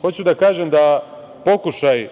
Hoću da kažem da pokušaj